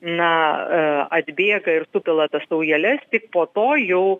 na atbėga ir supila tas saujeles tik po to jau